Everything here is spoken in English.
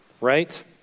right